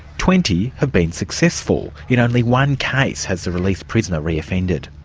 twenty have been successful. in only one case has a released prisoner reoffended.